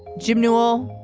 jim newell,